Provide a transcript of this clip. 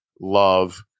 love